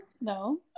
No